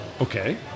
Okay